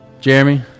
Jeremy